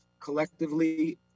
collectively